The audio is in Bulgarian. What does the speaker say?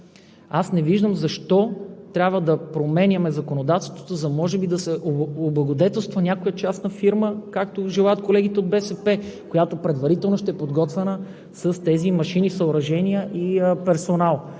Аз не виждам защо трябва да променяме законодателството, за да се облагодетелства може би някоя частна фирма, както желаят колегите от БСП, която предварително ще е подготвена с тези машини, съоръжения и персонал.